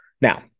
Now